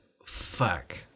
fuck